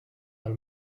del